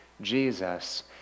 Jesus